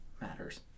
matters